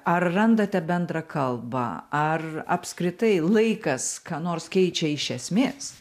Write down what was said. ar randate bendrą kalbą ar apskritai laikas ką nors keičia iš esmės